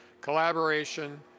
collaboration